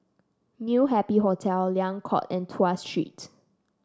New Happy Hotel Liang Court and Tuas Street